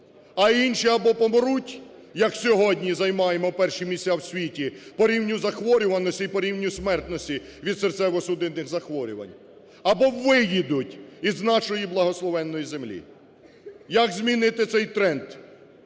а інші або помруть, як сьогодні займаємо перші місця в світі по рівню захворюваності і по рівню смертності від серцево-судинних захворювань, або виїдуть із нашої благословенної землі. Як змінити цей тренд?